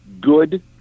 good